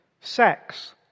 Sex